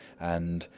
and,